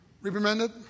Reprimanded